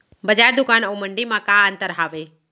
बजार, दुकान अऊ मंडी मा का अंतर हावे?